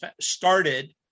started